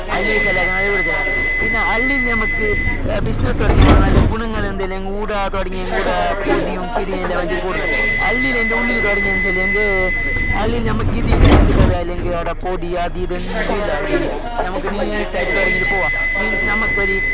അള്ളില് ചില പിന്നെ അള്ളിയിൽ ഞമ്മക്ക് ബിസിനസ് തുടങ്ങിയാലുള്ള നല്ല ഗുണങ്ങള് എന്തല്ല ഊടാ തുടങ്ങിയങ്ങൂട പൊടിയും കിടിയും എല്ലാം കൂടുന്നത് അള്ളിയിലതിന്റെ ഉള്ളിൽ തുടങ്ങിയെന്നുവെച്ചാൽ എങ്കെ അള്ളിയിൽ നമുക്കിതില്ല എന്ത് കഥയില്ലെങ്കിലവിടെ പൊടി അതുയിതു എന്തുമില്ല അള്ളിയിൽ നമ്മുക്കനീ ടരി തുടങ്ങിയിട്ട് പോകാം മീന്സ് ഞമ്മക്കൊരു